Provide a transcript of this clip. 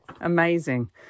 Amazing